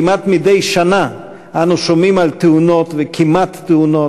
כמעט מדי שנה אנו שומעים על תאונות וכמעט-תאונות